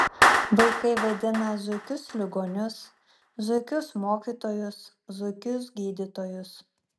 vaikai vaidina zuikius ligonius zuikius mokytojus zuikius gydytojus